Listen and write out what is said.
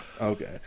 Okay